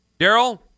Daryl